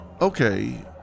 Okay